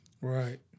Right